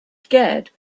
scared